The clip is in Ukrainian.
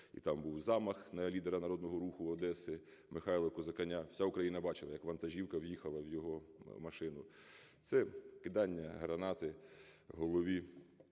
і там був замах на лідера "Народного Руху" Одеси Михайла Козаконя, вся Україна бачила, як вантажівка в'їхала в його машину. Це кидання гранати голові